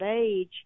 age